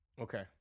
Okay